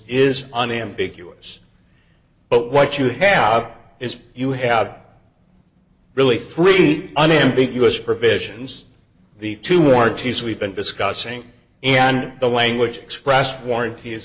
is unambiguous but what you have is you have really three unambiguous provisions the two artes we've been discussing and the language expressed warrant